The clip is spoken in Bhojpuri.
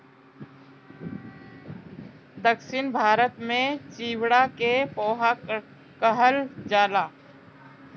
दक्षिण भारत में चिवड़ा के पोहा कहल जाला